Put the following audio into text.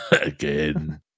again